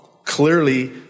Clearly